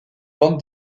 bande